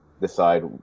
decide